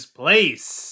place